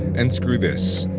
and screw this.